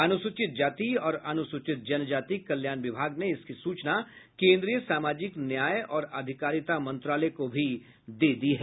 अनुसूचित जाति और अनुसूचित जनजाति कल्याण विभाग ने इसकी सूचना केन्द्रीय सामाजिक न्याय और अधिकारिता मंत्रालय को भी दे दी है